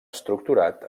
estructurat